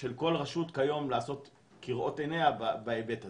של כל רשות היום לעשות כראות עיניה בהיבט הזה.